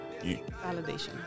Validation